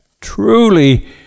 truly